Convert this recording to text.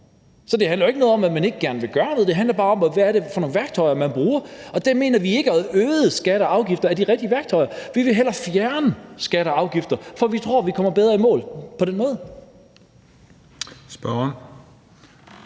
Så det handler jo ikke om, at man ikke gerne vil gøre noget. Det handler bare om, hvad det er for nogle værktøjer, man bruger, og der mener vi ikke, at øgede skatter og afgifter er de rigtige værktøjer. Vi vil hellere fjerne skatter og afgifter, for vi tror, at vi kommer bedre i mål på den måde. Kl.